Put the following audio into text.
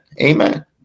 Amen